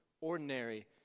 ordinary